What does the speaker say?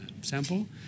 sample